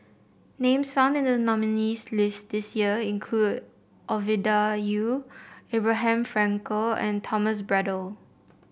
names found in the nominees' list this year include Ovidia Yu Abraham Frankel and Thomas Braddell